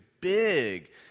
big